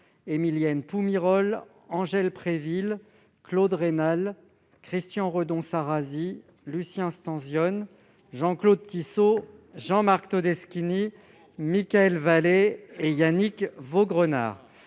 Émilienne Poumirol, Mme Angèle Préville, M. Claude Raynal, M. Christian Redon-Sarrazy, M. Lucien Stanzione, M. Jean-Claude Tissot, M. Jean-Marc Todeschini, M. Mickaël Vallet et M. Yannick Vaugrenard.